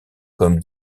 comme